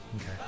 Okay